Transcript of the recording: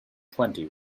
plenty